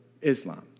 Islam